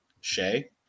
Shay